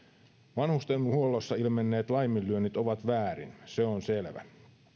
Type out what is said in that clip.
vanhustenhuollossa ilmenneet laiminlyönnit ovat väärin se on selvä